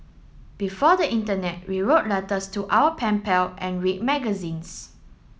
before the internet we wrote letters to our pen pal and read magazines